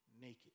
naked